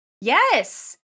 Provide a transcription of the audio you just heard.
Yes